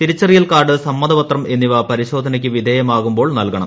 തിരിച്ചറിയൽ കാർഡ് സമ്മതപത്രം എന്നിവ പരിശോധനയ്ക്ക് വിധേയമാകുമ്പോൾ നൽകണം